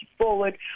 forward